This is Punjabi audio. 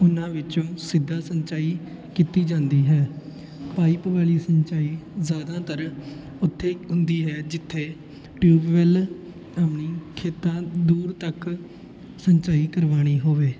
ਉਨ੍ਹਾਂ ਵਿੱਚੋਂ ਸਿੱਧਾ ਸਿੰਚਾਈ ਕੀਤੀ ਜਾਂਦੀ ਹੈ ਪਾਈਪ ਵਾਲੀ ਸਿੰਚਾਈ ਜ਼ਿਆਦਾਤਰ ਉੱਥੇ ਹੁੰਦੀ ਹੈ ਜਿੱਥੇ ਟਿਊਬਵੈੱਲ ਖੇਤਾਂ ਦੂਰ ਤੱਕ ਸਿੰਚਾਈ ਕਰਵਾਉਣੀ ਹੋਵੇ